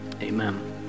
Amen